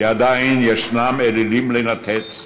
כי עדיין יש אלילים לנתץ,